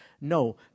No